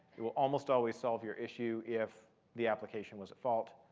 you will almost always solve your issue, if the application was at fault.